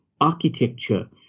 architecture